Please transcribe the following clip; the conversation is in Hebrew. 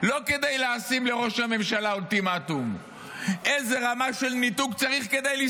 לא כדי לשים לראש הממשלה אולטימטום אלא כדי להסתכל